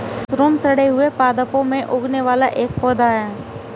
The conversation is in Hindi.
मशरूम सड़े हुए पादपों में उगने वाला एक पौधा है